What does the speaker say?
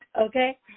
Okay